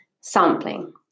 Sampling